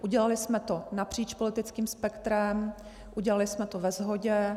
Udělali jsme to napříč politickým spektrem, udělali jsme to ve shodě.